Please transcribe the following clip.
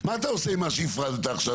מה אתה עושה עם מה שהפרדת עכשיו,